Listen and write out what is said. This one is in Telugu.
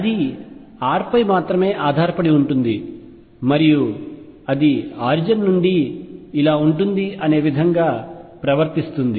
అది r పై మాత్రమే ఆధారపడి ఉంటుంది మరియు అది ఆరిజిన్ నుండి ఇలా ఉంటుంది అనే విధంగా ప్రవర్తిస్తుంది